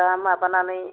दा माबानानै